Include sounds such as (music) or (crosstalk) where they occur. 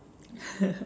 (laughs)